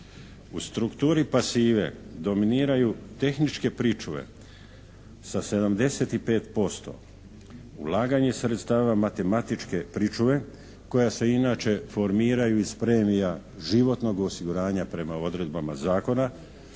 U strukturi pasive dominiraju tehničke pričuve sa 75%. Ulaganje sredstava matematičke pričuve koja se inače formiraju iz premija životnog osiguranja prema odredbama zakona